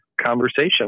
conversation